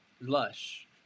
Lush